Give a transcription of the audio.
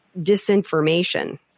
disinformation